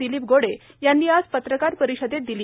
दिलीप गोडे यांनी आज पत्रकार परिषदेत दिली